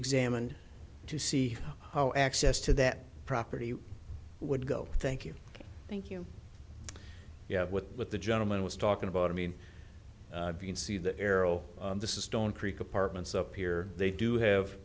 examined to see how access to that property would go thank you you thank you have with what the gentleman was talking about i mean you can see the arrow this is stone creek apartments up here they do have